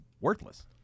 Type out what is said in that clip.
worthless